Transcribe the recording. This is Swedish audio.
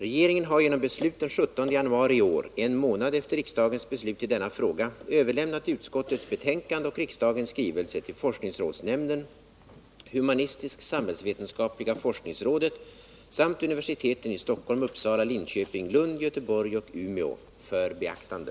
Regeringen har genom beslut den 17 januari i år — en månad efter riksdagens beslut i denna fråga — överlämnat utskottets betänkande och riksdagens skrivelse till forskningsrådsnämnden, humanistisk-samhällsvetenskapliga forskningsrådet samt universiteten i Stockholm, Uppsala, Linköping, Lund, Göteborg och Umeå för beaktande.